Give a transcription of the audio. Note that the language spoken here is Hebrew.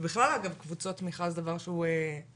בכלל אגב, קבוצות תמיכה הוא דבר שהוא מבורך.